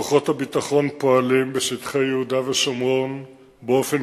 כוחות הביטחון פועלים בשטחי יהודה ושומרון באופן